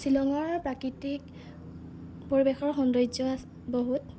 শ্বিলঙৰ প্ৰাকৃতিক পৰিৱেশৰ সৌন্দৰ্য বহুত